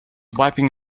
wiping